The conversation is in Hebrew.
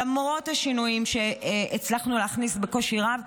למרות השינויים שהצלחנו להכניס בקושי רב,